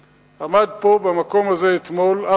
עמד פה במקום הזה אתמול, אך אתמול,